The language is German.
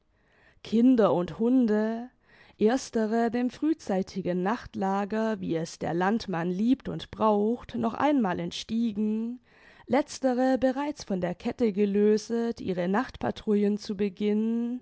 kinder und hunde erstere dem frühzeitigen nachtlager wie es der landmann liebt und braucht noch einmal entstiegen letztere bereits von der kette gelöset ihre nachtpatrouillen zu beginnen